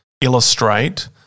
illustrate